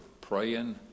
praying